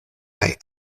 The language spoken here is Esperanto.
kaj